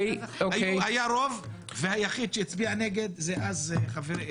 היה רוב והיחיד שהצביע נגד זה אז היה חברי